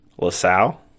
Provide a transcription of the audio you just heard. LaSalle